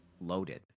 loaded